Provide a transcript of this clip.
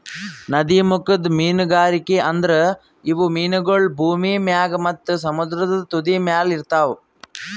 ನದೀಮುಖದ ಮೀನುಗಾರಿಕೆ ಅಂದುರ್ ಇವು ಮೀನಗೊಳ್ ಭೂಮಿ ಮ್ಯಾಗ್ ಮತ್ತ ಸಮುದ್ರದ ತುದಿಮ್ಯಲ್ ಇರ್ತಾವ್